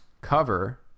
cover